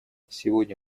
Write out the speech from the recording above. сегодня